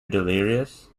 delirious